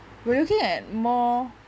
we're looking at more